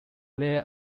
there